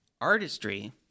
Artistry